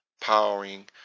powering